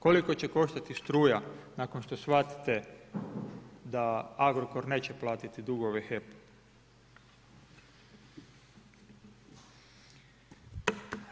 Koliko će koštati struja nakon što shvatite da Agrokor neće platiti dugove HEP-u?